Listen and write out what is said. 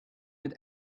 mit